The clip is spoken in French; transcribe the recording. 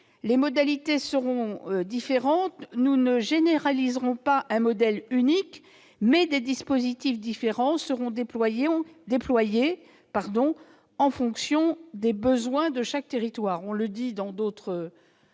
les modalités seront différentes. Nous ne généraliserons pas un modèle unique : des dispositifs différents seront déployés en fonction des besoins de chaque territoire. De fait, il faut